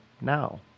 now